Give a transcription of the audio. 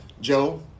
Joe